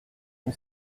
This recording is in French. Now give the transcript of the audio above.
une